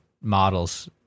models